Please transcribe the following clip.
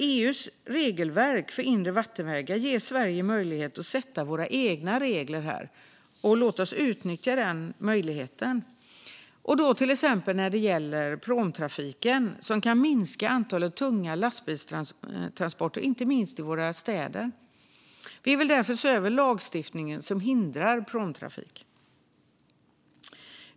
EU:s regelverk för inre vattenvägar ger Sverige möjlighet att sätta våra egna regler. Låt oss utnyttja denna möjlighet! Ett exempel är pråmtrafiken, som kan minska antalet tunga lastbilstransporter, inte minst i våra städer. Vi vill därför se över lagstiftningen som hindrar pråmtrafik.